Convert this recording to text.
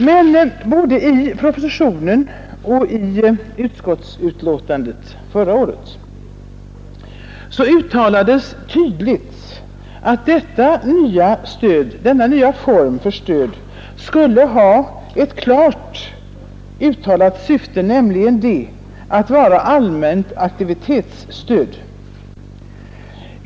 Men både i propositionen och i förra årets utskottsbetänkande sades tydligt att denna nya form för stöd skulle ha ett klart uttalat syfte, nämligen att vara allmänt aktivitetsstöd.